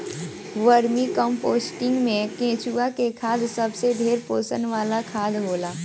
vermi composting में केचुआ के खाद सबसे ढेर पोषण वाला खाद होला